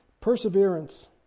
Perseverance